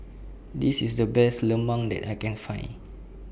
This IS The Best Lemang that I Can Find